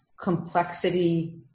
complexity